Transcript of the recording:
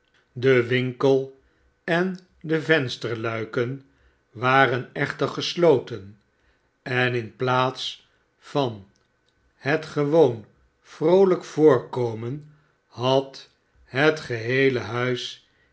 de winkel en de vensterluiken waren echter gesloten en in plaats van het gewoon vroolijk voorkomen had het geheele huis